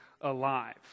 alive